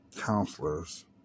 counselors